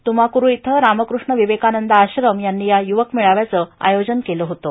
तुमाकुरू इथं रामकृष्ण विवेकानंद आश्रम यांनी या युवक मेळाव्याचं आयोजन केलं होतं